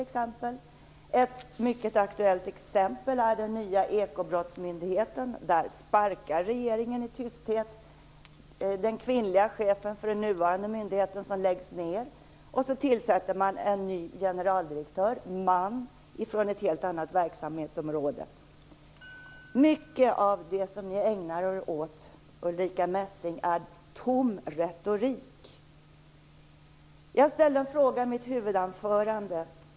Ett mycket aktuellt exempel är den nya ekobrottsmyndigheten. Där sparkar regeringen i tysthet den kvinnliga chefen för den nuvarande myndigheten, som läggs ned, och tillsätter en ny generaldirektör, man, från ett helt annat verksamhetsområde. Mycket av det som ni ägnar er åt, Ulrica Messing, är tom retorik. Jag ställde en fråga i mitt huvudanförande.